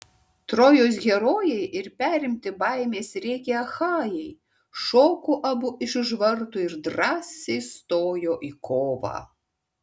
trojos herojai ir perimti baimės rėkia achajai šoko abu iš už vartų ir drąsiai stojo į kovą